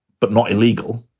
but not illegal.